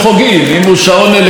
אם הוא שעון אלקטרוני,